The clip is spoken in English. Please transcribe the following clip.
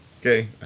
Okay